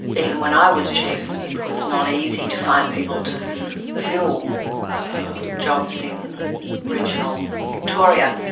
even when i was chief, it was not easy to find people to fill jobs in regional victoria.